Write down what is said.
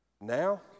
Now